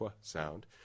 sound